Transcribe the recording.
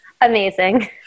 Amazing